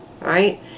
right